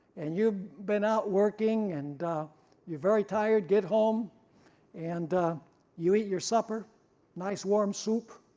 and you've been out working, and you're very tired, get home and you eat your supper nice warm soup.